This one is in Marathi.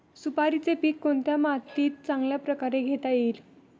सुपारीचे पीक कोणत्या मातीत चांगल्या प्रकारे घेता येईल?